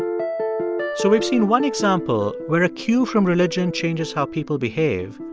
so we've seen one example where a cue from religion changes how people behave,